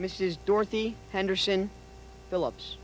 mrs dorothy henderson philips